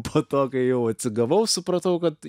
po to kai jau atsigavau supratau kad